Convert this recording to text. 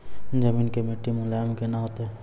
जमीन के मिट्टी मुलायम केना होतै?